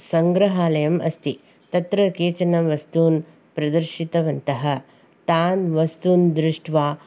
सङ्ग्रहालयम् अस्ति तत्र केचनवस्तून् प्रदर्शितवन्तः तान् वस्तून् दृष्ट्वा